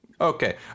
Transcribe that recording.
Okay